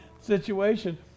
situation